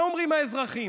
מה אומרים האזרחים?